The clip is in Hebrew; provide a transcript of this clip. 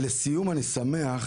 מסכים.